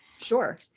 sure